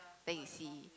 then you see